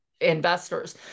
investors